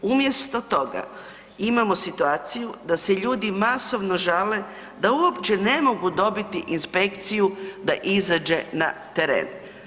Umjesto toga, imamo situaciju da se ljudi masovno žale da uopće ne mogu dobiti inspekciju da izađe na teren.